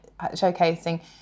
showcasing